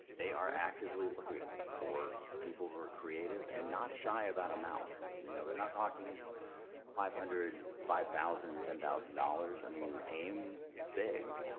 they are actively looking for people who are creative and not shy about amounts. know, they're not talking five hundred, five thousand, ten thousand dollars, i mean, aim big.